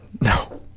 No